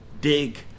dig